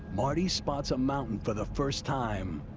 marty spots a mountain for the first time.